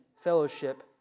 fellowship